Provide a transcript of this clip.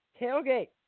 tailgate